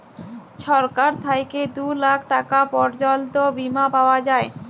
ছরকার থ্যাইকে দু লাখ টাকা পর্যল্ত বীমা পাউয়া যায়